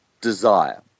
desire